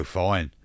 fine